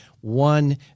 One